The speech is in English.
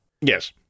Yes